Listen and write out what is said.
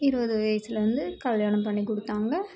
இருபது வயசில் வந்து கல்யாணம் பண்ணி கொடுத்தாங்க